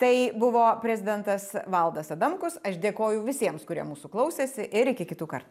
tai buvo prezidentas valdas adamkus aš dėkoju visiems kurie mūsų klausėsi ir iki kitų kartų